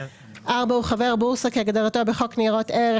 הוא חבר בורסה כהגדרתו בחוק ניירות ערך,